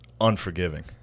unforgiving